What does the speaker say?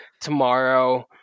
tomorrow